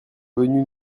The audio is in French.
venus